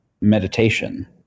meditation